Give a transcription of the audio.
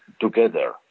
together